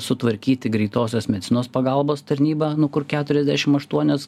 sutvarkyti greitosios medicinos pagalbos tarnybą nu kur keturiasdešimt aštuonios